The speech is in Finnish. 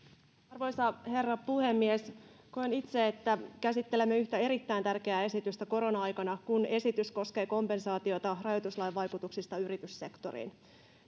arvoisa herra puhemies koen itse että käsittelemme yhtä erittäin tärkeää esitystä korona aikana kun esitys koskee kompensaatiota rajoituslain vaikutuksista yrityssektoriin